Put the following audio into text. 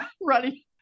running